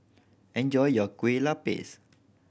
enjoy your Kueh Lapis